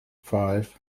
five